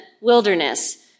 wilderness